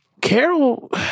Carol